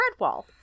Redwall